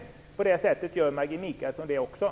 Genom att stöda regeringens förslag gör Maggi Mikaelsson samma sak.